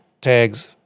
tags